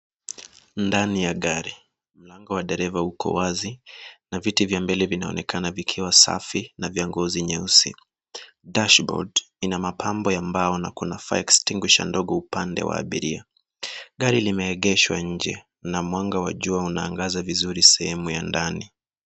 Ndani ya gari. Mlango wa dereva uko wazi na viti vya mbele vinaonekana vikiwa safi na vya ngozi nyeusi. Dashbord ina mapambo ya mbao na kuna fire extinguisher ndogo upande wa abiria. Gari limeegeshwa nje na mwanga wa jua unaangaza vizuri sehemu ya ndani.